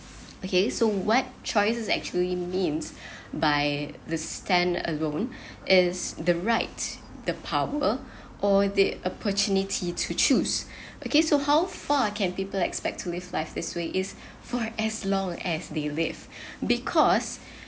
okay so what choices actually means by the stand alone is the right the power or the opportunity to choose okay so how far can people expect to live life this way is for as long as they live because